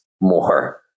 more